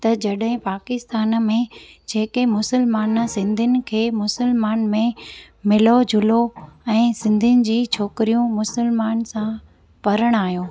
त जॾहिं पाकिस्तान में जेके मुसलमान सिंधियुनि खे मुसलमान में मिलो जुलो ऐं सिंधियुनि जी छोकिरियूं मुसलमान सां परिणायो